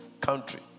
country